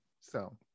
So-